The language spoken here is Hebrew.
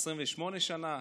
28 שנה?